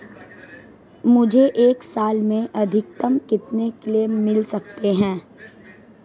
मुझे एक साल में अधिकतम कितने क्लेम मिल सकते हैं?